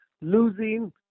losing